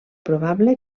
probable